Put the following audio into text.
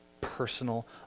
personal